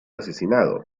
asesinado